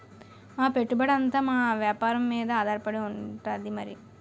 మా పెట్టుబడంతా మా వేపారం మీదే ఆధారపడి ఉంది మరి